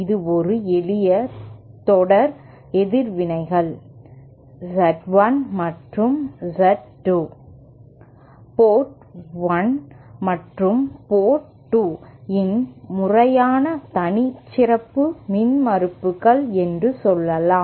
இது ஒரு எளிய தொடர் எதிர்வினைகள் Z1 மற்றும் Z2 போர்ட் 1 மற்றும் போர்ட் 2 இன் முறையான தனிச்சிறப்பு மின்மறுப்புகள் என்று சொல்லலாம்